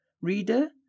Reader